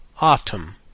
Autumn